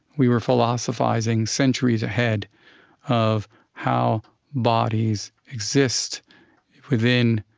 we were philosophizing centuries ahead of how bodies exist within,